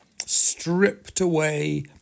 stripped-away